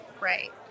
Right